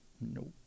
Nope